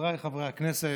חבריי חברי הכנסת,